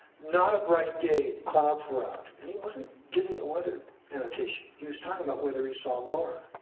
not a bright day, clouds were out. and he wasn't giving a weather annotation. he was talking about whether he saw laura.